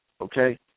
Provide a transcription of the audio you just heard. Okay